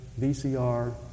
VCR